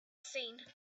seen